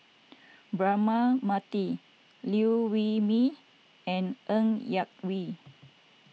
Braema Mathi Liew Wee Mee and Ng Yak Whee